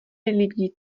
lidí